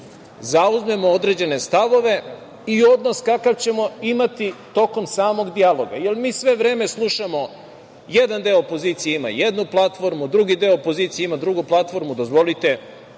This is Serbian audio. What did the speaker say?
zauzmemo određene stavove i odnos kakav ćemo imati tokom samog dijaloga. Mi sve vreme slušamo, jedan deo opozicije ima jednu platformu, drugi deo opozicije ima drugu platformu. Dozvolite,